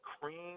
cream